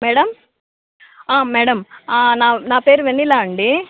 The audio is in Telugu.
మ్యాడమ్ మ్యాడమ్ నా నా పేరు వెన్నెల అండీ